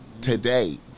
today